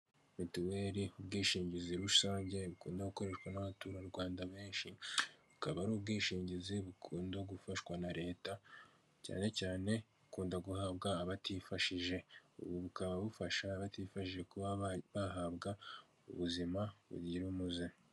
Urubuga rwo kuri murandasi rutangirwaho amakuru y'akazi ya leta, birerekana uburyo wakinjira ukoresheje imayili yawe ndetse na nimero ya telefone yawe ndetse ukaza no gukoresha ijambo banga.